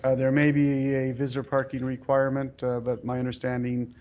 ah there may be a visitor parking requirement but my understanding,